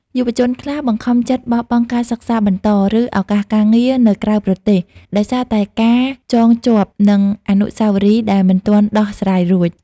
យុវជនខ្លះបង្ខំចិត្តបោះបង់ការសិក្សាបន្ត ឬឱកាសការងារនៅក្រៅប្រទេស ដោយសារតែការចងជាប់នឹងអនុស្សាវរីយ៍ដែលមិនទាន់ដោះស្រាយរួច។